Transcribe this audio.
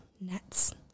nets